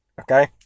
Okay